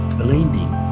blending